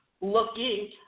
looking